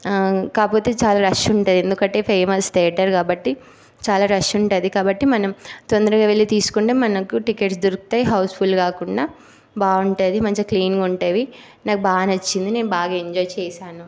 కాకపోతే చాలా రెష్ ఉంటాయి ఎందుకంటే ఫేమస్ థియేటర్ కాబట్టి చాలా రెష్ ఉంటుంది కాబట్టి మనం తొందరగా వెళ్ళి తీసుకుంటే మనకు టికెట్స్ దొరుకుతాయి హౌస్ ఫుల్ కాకుండా బాగుంటుంది మంచిగ క్లీన్గా ఉంటుందినాకు బాగా నచ్చింది నేను బాగా ఎంజాయ్ చేసాను